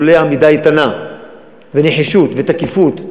לולא העמידה האיתנה והנחישות והתקיפות,